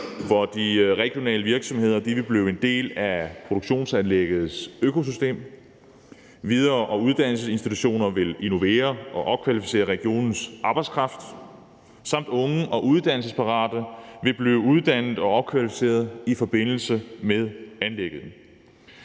hvor de regionale virksomheder vil blive en del af produktionsanlæggets økosystem. Videre- og efteruddannelsesinstitutioner vil innovere og opkvalificere regionens arbejdskraft. Også unge og uddannelsesparate vil blive uddannet og opkvalificeret i forbindelse med anlægget.